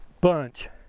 bunch